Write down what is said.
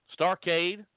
Starcade